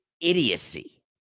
idiocy